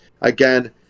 again